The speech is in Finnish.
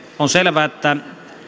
on selvää että